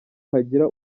hagira